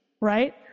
right